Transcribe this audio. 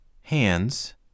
HANDS